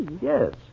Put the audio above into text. Yes